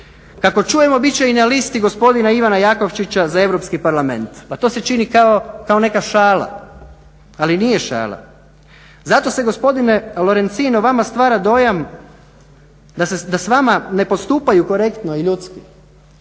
kako čujemo bit će i na listi gospodina Ivana Jakovčića za Europski parlament. Pa to se čini kao neka šala, ali nije šala. Zato se gospodine Lorencin o vama stvara dojam da s vama ne postupaju korektno i ljudski.